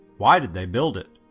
why did they build it?